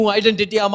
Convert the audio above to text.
identity